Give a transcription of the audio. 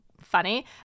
funny